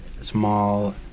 small